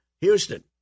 Houston